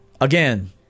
Again